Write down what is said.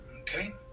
okay